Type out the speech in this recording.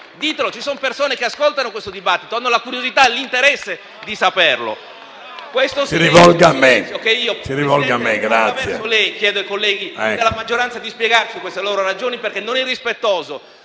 ditelo: ci son persone che ascoltano questo dibattito e hanno la curiosità e l'interesse di saperlo. *(Applausi.